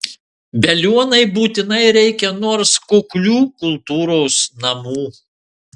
veliuonai būtinai reikia nors kuklių kultūros namų